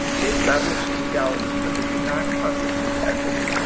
they establish legality, but they do not constitute equity.